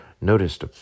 noticed